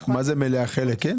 מה זה מלאה, חלק כן?